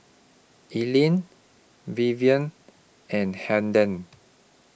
Elaine Vivienne and Hayden